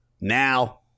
now